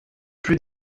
plus